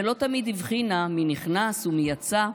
/ ולא תמיד הבחינה מי נכנס ומי יצא,